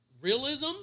realism